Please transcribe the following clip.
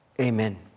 Amen